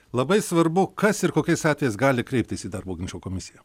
labai svarbu kas ir kokiais atvejais gali kreiptis į darbo ginčų komisiją